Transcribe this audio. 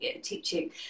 teaching